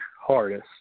hardest